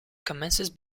commences